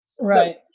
right